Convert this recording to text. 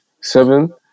seven